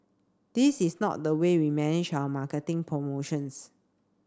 this is not the way we manage our marketing promotions